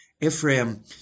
Ephraim